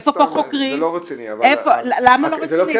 איפה פה חוקרים -- זה לא רציני -- למה לא רציני,